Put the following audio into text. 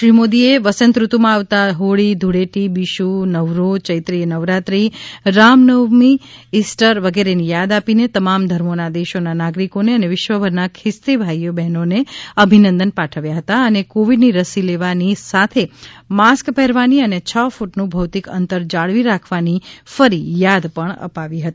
શ્રી મોદીએ વસંતઋતુમાં આવતાં હોળી ધૂળેટી બીશુ નવરોહ ચૈત્રી નવરાત્રી રામનવમી ઇસ્ટર વગેરેની યાદ આપીને તમામ ધર્મોના દેશના નાગરિકોને અને વિશ્વભરના ખ્રિસ્તી ભાઇઓ બહેનોને અભિનંદન પાઠવ્યા હતા અને કોવિડની રસી લેવાની સાથે માસ્ક પહેરવાની અને છ ફૂટનું ભૌતિક અંતર જાળવી રાખવાની ફરી યાદ પણ અપાવી હતી